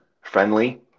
friendly